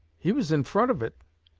he was in front of it.